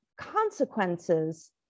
consequences